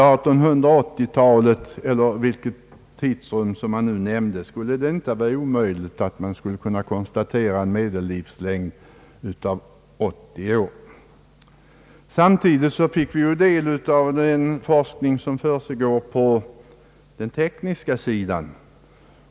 Det kanske inte är omöjligt att man på 1980 talet kan konstatera en medellivslängd på 80 år. Samtidigt fick vi del av den forskning som pågår på den tekniska sidan.